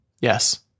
yes